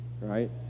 Right